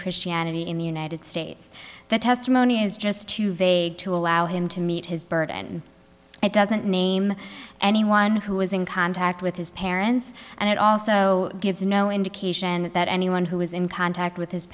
christianity in the united states the testimony is just too vague to allow him to meet his burden it doesn't name anyone one who was in contact with his parents and it also gives no indication that anyone who is in contact with his